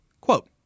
Quote